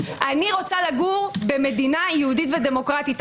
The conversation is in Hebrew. אני רוצה לגור במדינה יהודית ודמוקרטית.